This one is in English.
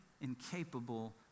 incapable